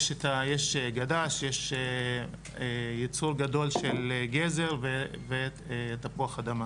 יש את הגדה שיש יצור גדול של גזר ותפוח אדמה